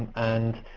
and